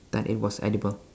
that it was edible